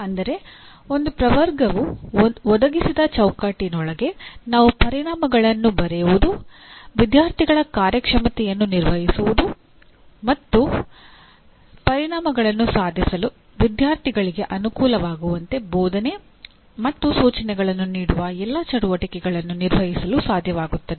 ಅಂದರೆ ಒಂದು ಪ್ರವರ್ಗವು ಒದಗಿಸಿದ ಚೌಕಟ್ಟಿನೊಳಗೆ ನಾವು ಪರಿಣಾಮಗಳನ್ನು ಬರೆಯುವುದು ವಿದ್ಯಾರ್ಥಿಗಳ ಕಾರ್ಯಕ್ಷಮತೆಯನ್ನು ನಿರ್ಣಯಿಸುವುದು ಮತ್ತು ಪರಿಣಾಮಗಳನ್ನು ಸಾಧಿಸಲು ವಿದ್ಯಾರ್ಥಿಗಳಿಗೆ ಅನುಕೂಲವಾಗುವಂತೆ ಬೋಧನೆ ಅಥವಾ ಸೂಚನೆಗಳನ್ನು ನೀಡುವ ಎಲ್ಲಾ ಚಟುವಟಿಕೆಗಳನ್ನು ನಿರ್ವಹಿಸಲು ಸಾಧ್ಯವಾಗುತ್ತದೆ